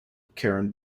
karen